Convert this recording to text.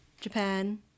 Japan